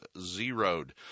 zeroed